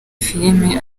filime